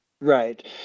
Right